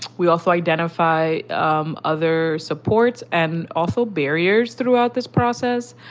we also identify um other supports and also barriers throughout this process.